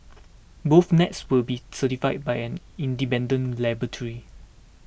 both nets will be certified by an independent laboratory